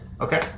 Okay